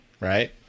right